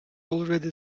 already